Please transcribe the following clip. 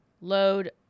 load